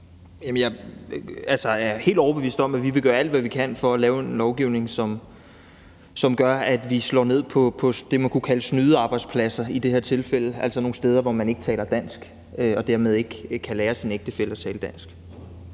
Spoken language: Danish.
Jeg er helt overbevist om, at vi vil gøre alt, hvad vi kan, for at lave en lovgivning, som gør, at vi slår ned på det, man kunne kalde snydearbejdspladser i det her tilfælde, altså nogle steder, hvor man ikke taler dansk, hvorfor man dermed ikke kan lære sin ægtefælle at tale dansk.